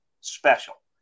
special